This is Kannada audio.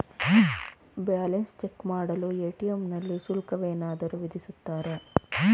ಬ್ಯಾಲೆನ್ಸ್ ಚೆಕ್ ಮಾಡಲು ಎ.ಟಿ.ಎಂ ನಲ್ಲಿ ಶುಲ್ಕವೇನಾದರೂ ವಿಧಿಸುತ್ತಾರಾ?